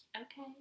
okay